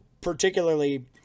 particularly